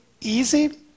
easy